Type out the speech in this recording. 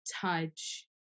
touch